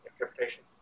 interpretation